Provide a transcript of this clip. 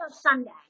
Sunday